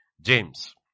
James